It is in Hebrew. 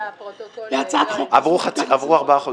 זו הצעת חוק --- עברו ארבעה חודשים,